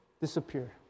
disappear